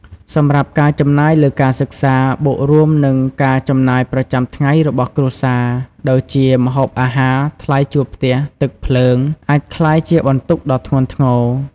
សម្រាប់ការចំណាយលើការសិក្សា បូករួមនឹងការចំណាយប្រចាំថ្ងៃរបស់គ្រួសារ ដូចជា ម្ហូបអាហារ ថ្លៃជួលផ្ទះ ទឹកភ្លើង អាចក្លាយជាបន្ទុកដ៏ធ្ងន់ធ្ងរ។